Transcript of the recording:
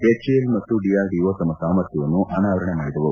HAL ಮತ್ತು DRDO ತಮ್ನ ಸಾಮರ್ಥ್ಜವನ್ನು ಅನಾವರಣ ಮಾಡಿದವು